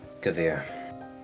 Kavir